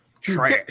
Trash